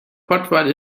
pottwal